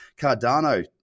Cardano